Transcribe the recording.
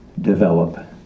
develop